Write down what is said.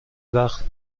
وقت